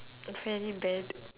it's very bad